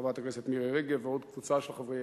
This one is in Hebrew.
חברת הכנסת מירי רגב ועוד קבוצה של חברי